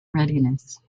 readiness